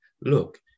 look